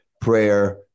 prayer